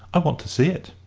i want to see it.